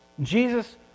Jesus